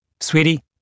Sweetie